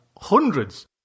hundreds